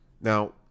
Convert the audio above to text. Now